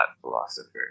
philosopher